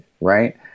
right